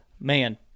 man